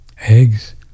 eggs